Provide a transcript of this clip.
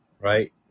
right